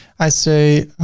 i say,